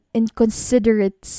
inconsiderate